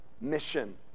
mission